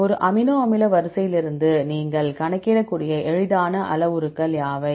ஒரு அமினோ அமில வரிசையிலிருந்து நீங்கள் கணக்கிடக்கூடிய எளிதான அளவுருக்கள் யாவை